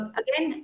again